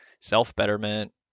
self-betterment